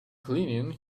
cleaning